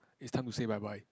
it's time to say bye bye